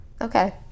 Okay